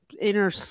inner